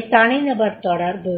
எனவே தனிநபர் தொடர்பு